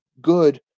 good